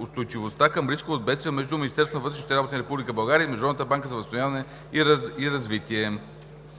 устойчивостта към рискове от бедствия,